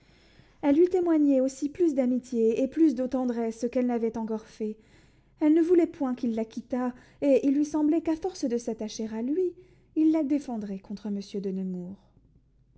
elle lui témoignait aussi plus d'amitié et plus de tendresse qu'elle n'avait encore fait elle ne voulait point qu'il la quittât et il lui semblait qu'à force de s'attacher à lui il la défendrait contre monsieur de nemours